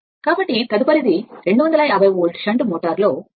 కాబట్టి తదుపరిది A2 250 volt shunt మోటారులో ra 0